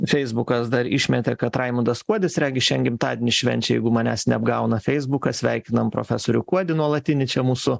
feisbukas dar išmetė kad raimundas kuodis regis šian gimtadienį švenčia jeigu manęs neapgauna feisbukas sveikinam profesorių kuodį nuolatinį čia mūsų